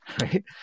right